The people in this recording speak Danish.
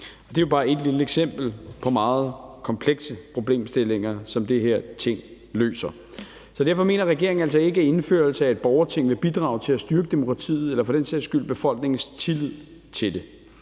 Det er jo bare et lille eksempel på meget komplekse problemstillinger, som det her Ting løser. Så derfor mener regeringen altså ikke, at indførelse af et borgerting vil bidrage til at styrke demokratiet eller for den sags skyld befolkningens tillid til det.